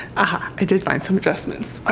i did find some adjustments.